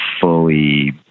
fully